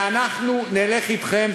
ואנחנו נלך אתכם,